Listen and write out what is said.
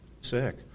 sick